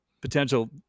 potential